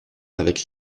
avec